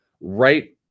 right